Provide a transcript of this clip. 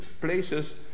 places